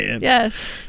yes